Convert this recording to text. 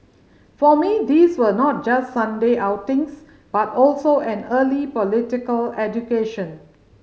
for me these were not just Sunday outings but also an early political education